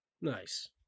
nice